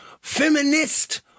feminist